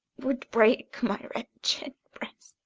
would break my wretched breast,